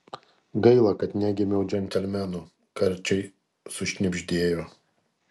gaila kad negimiau džentelmenu karčiai sušnibždėjo